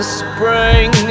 spring